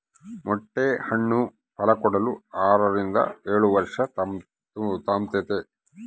ಮೊಟ್ಟೆ ಹಣ್ಣು ಫಲಕೊಡಲು ಆರರಿಂದ ಏಳುವರ್ಷ ತಾಂಬ್ತತೆ